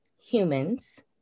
humans